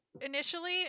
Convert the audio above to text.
initially